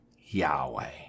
Yahweh